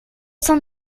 cent